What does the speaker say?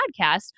podcast